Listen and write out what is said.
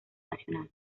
nacional